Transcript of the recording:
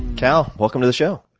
cal, welcome to the show.